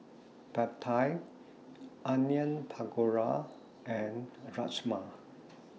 Pad Thai Onion Pakora and Rajma